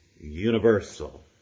universal